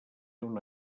una